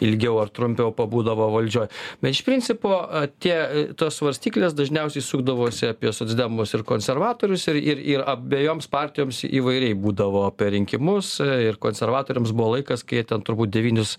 ilgiau ar trumpiau pabūdavo valdžioj bet iš principo tie tos svarstyklės dažniausiai sukdavosi apie socdemus ir konservatorius ir ir ir abejoms partijoms įvairiai būdavo per rinkimus ir konservatoriams buvo laikas kai jie ten turbūt devynis